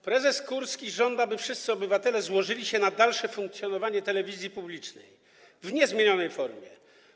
Prezes Kurski żąda, by wszyscy obywatele złożyli się na dalsze funkcjonowanie telewizji publicznej w niezmienionej formie.